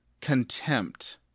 contempt